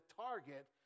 target